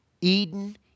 Eden